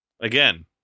Again